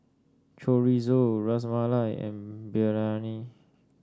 Chorizo Ras Malai and Biryani